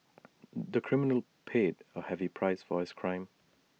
the criminal paid A heavy price for his crime